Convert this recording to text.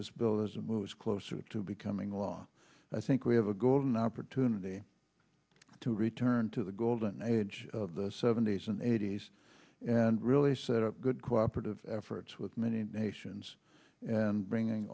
this bill as it moves closer to becoming law i think we have a golden opportunity to return to the golden age of the seventy's and eighty's and really set a good cooperative efforts with many nations and bringing